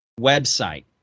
website